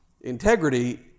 integrity